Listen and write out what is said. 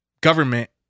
government